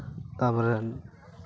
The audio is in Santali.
ᱛᱟᱨᱯᱚᱨᱮ